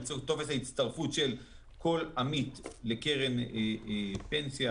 בסעיף כתובת ההצטרפות של כל עמית לקרן פנסיה,